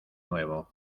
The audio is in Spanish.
nuevo